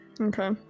okay